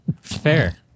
fair